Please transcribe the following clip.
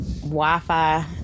Wi-Fi